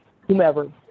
whomever